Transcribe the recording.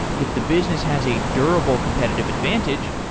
if the business has a durable competitive advantage,